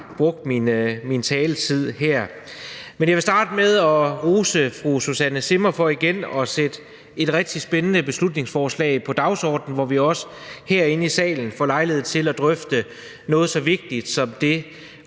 brugt sin taletid her. Men jeg vil starte med at rose fru Susanne Zimmer for igen at sætte et rigtig spændende beslutningsforslag på dagsordenen, hvor vi også herinde i salen får lejlighed til at drøfte noget så vigtigt som det